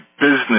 business